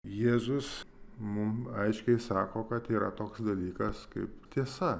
jėzus mum aiškiai sako kad yra toks dalykas kaip tiesa